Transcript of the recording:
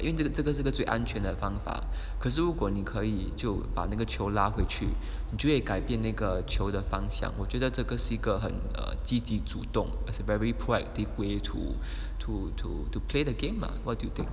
因为这个这个这个最安全的方法可是如果你可以就把那个球拉回去你就会改变那个球的方向我觉得这个很 err 积极主动 is a very proactive way to to to to play the game lah what do you think